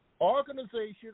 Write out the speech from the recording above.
organization